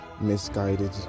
misguided